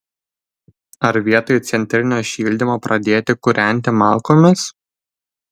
ar vietoj centrinio šildymo pradėti kūrenti malkomis